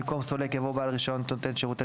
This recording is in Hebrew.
במקום "סולק" יבוא "בעל רישיון נותן שירותי